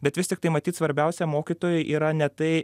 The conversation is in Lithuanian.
bet vis tiktai matyt svarbiausia mokytojui yra ne tai